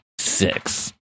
Six